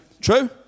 True